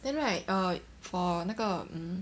then right err for 那个 mm